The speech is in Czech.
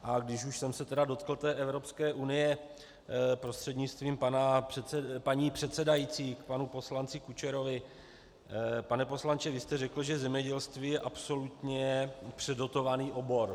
A když už jsem se tedy dotkl Evropské unie, prostřednictvím paní předsedající panu poslanci Kučerovi: Pane poslanče, vy jste řekl, že zemědělství je absolutně předotovaný obor.